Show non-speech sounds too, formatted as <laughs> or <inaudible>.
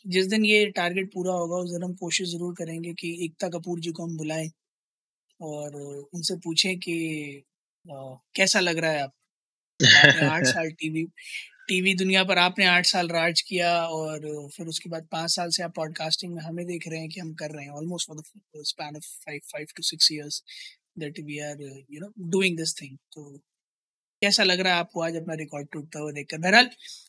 जिस दिन ये target पूरा होगा, उस दिन हम कोशिश जरूर करेंगे कि एकता कपूर जी को हम बुलाएं और उनसे पूछें कि, uh, कैसा लग रहा है आप? आपने आठ <laughs> साल TV- TV दुनिया पर आपने आठ साल राज किया और फिर उसके बाद पांच साल से आप podcasting में हमें देख रहे हैं कि हम कर रहे हैं, almost for the fu- span of five- five to six years that we are, you know, doing this thing. तो कैसा लग रहा है आपको आज अपना record टूटता हुआ देखकर? बहरहाल,